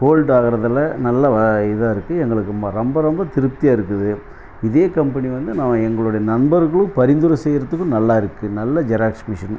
fold ஆகிறதில்ல நல்ல வ இதாக இருக்குது எங்களுக்கு ரொம்ப ரொம்ப ரொம்ப திருப்தியாக இருக்குது இதே கம்பெனி வந்து நா எங்களுடைய நண்பர்களும் பரிந்துரை செய்கிறதுக்கும் நல்லா இருக்குது நல்ல ஜெராக்ஸ் மிஷின்